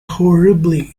horribly